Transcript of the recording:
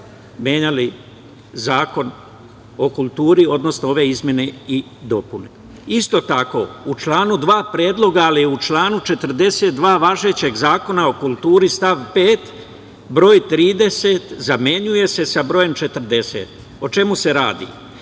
menjali Zakon o kulturi, odnosno ove izmene i dopune. Isto tako, u članu 2. predloga, ali u članu 42. važećeg Zakona o kulturi stav 5, broj 30 zamenjuje se sa brojem 40. O čemu se radi?